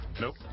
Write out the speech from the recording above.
Nope